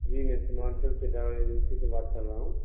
جی میں سیمانچل سے driver agency سے بات کر رہا ہوں